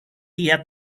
día